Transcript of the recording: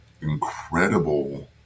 incredible